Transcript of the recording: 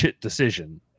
decision